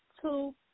two